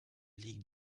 ligue